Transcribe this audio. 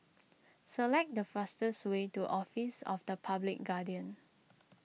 select the fastest way to Office of the Public Guardian